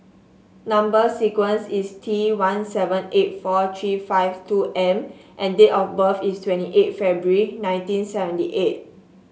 number sequence is T one seven eight four three five two M and date of birth is twenty eight February nineteen seventy eight